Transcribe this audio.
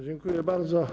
Dziękuję bardzo.